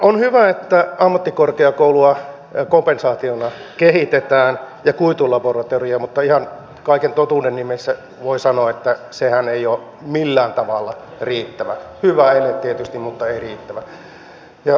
on hyvä että ammattikorkeakoulua kompensaationa kehitetään ja kuitulaboratoriota mutta ihan kaiken totuuden nimessä voi sanoa että sehän ei ole millään tavalla riittävä hyvä ele tietysti mutta ei riittävä